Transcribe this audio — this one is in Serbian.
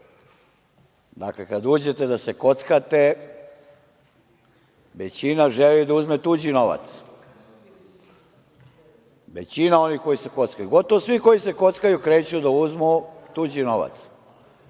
nade. Dakle, kada uđete da se kockate, većina želi da uzme tuđi novac. Većina onih koji se kockaju, gotovo koji se kockaju, kreću da uzmu tuđi novac.